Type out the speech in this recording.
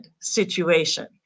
situation